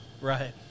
Right